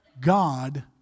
God